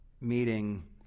meeting